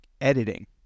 editing